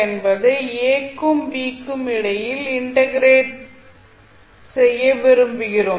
என்பதை a க்கு b க்கு இடையில் இன்டெக்ரேட் விரும்புகிறோம்